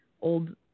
old